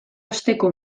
osteko